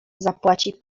zapłaci